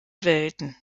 welten